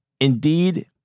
Indeed